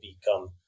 become